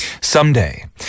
someday